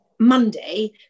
Monday